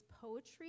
poetry